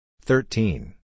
thirteen